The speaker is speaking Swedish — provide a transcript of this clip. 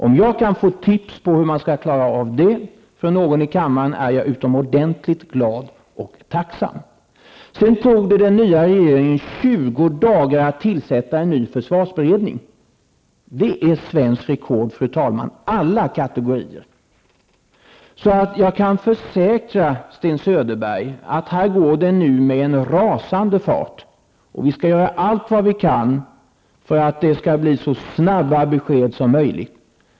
Om jag kan få tips om hur man skall klara av det från någon i kammaren vore jag utomordentligt glad och tacksam. Det tog den nya regeringen 20 dagar att tillsätta en ny försvarsberedning. Det är ett svenskt rekord, fru talman, alla kategorier. Jag kan försäkra Sten Söderberg att det nu går med en rasande fart. Vi skall göra allt vad vi kan för att det skall bli så snabba besked som möjligt.